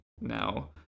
now